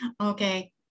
Okay